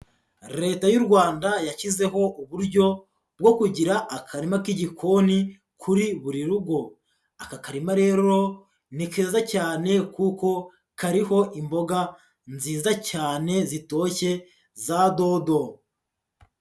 Leta y'u Rwanda yashyizeho uburyo bwo kugira akarima k'igikoni kuri buri rugo, aka karima rero ni keza cyane kuko kariho imboga nziza cyane zitoshye za dodo.